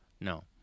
No